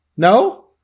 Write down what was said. No